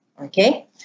okay